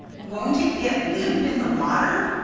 won't it get limp in the water?